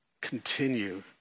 continue